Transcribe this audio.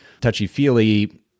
touchy-feely